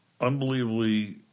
unbelievably